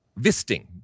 Visting